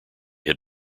had